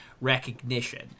recognition